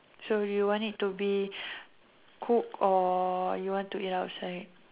so you want it to be cooked or you want to eat outside